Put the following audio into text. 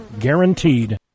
Guaranteed